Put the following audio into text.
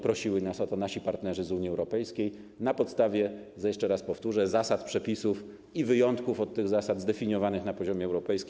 Prosili nas o to nasi partnerzy z Unii Europejskiej, na podstawie, jeszcze raz powtórzę, zasad, przepisów i wyjątków od tych zasad zdefiniowanych na poziomie europejskim.